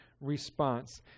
response